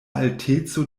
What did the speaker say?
alteco